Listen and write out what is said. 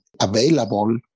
available